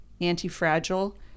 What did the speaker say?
anti-fragile